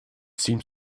seemed